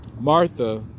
Martha